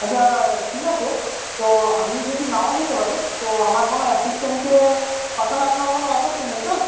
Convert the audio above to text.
আচ্ছা ঠিক আছে তো আমি যদি নাও যেতে পারি তো আমার কোনো অ্যাসিস্ট্যান্টকে পাঠালে আপনার কোনো আপত্তি নেই তো